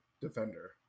defender